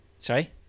Sorry